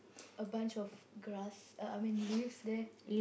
a bunch of grass uh I mean leaves there